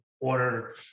order